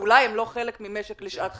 אולי לא חלק ממשק לשעת חירום.